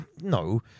no